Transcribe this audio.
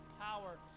power